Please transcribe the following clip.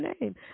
name